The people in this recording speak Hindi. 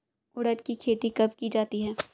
उड़द की खेती कब की जाती है?